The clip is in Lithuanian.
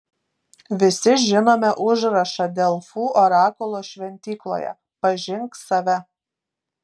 visi žinome užrašą delfų orakulo šventykloje pažink save